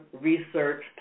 research